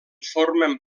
formen